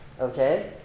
okay